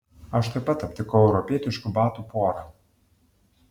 aš taip pat aptikau europietiškų batų porą